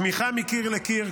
תמיכה מקיר לקיר,